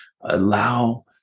allow